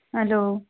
hello